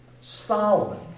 Solomon